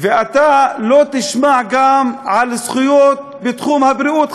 ואתה גם לא תשמע על זכויות בתחום הבריאות,